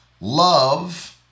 Love